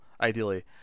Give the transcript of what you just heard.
ideally